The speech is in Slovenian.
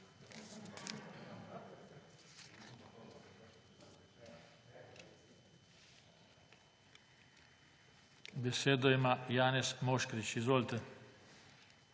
Besedo ima Janez Moškrič. Izvolite.